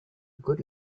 good